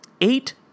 Eight